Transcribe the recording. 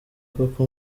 koko